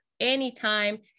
anytime